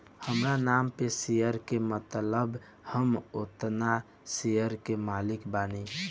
हामरा नाम पर शेयर के मतलब हम ओतना शेयर के मालिक बानी